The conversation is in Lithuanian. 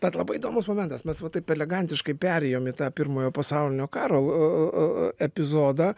bet labai įdomus momentas mes vat taip elegantiškai perėjom į pirmojo pasaulinio karo epizodą